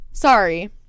Sorry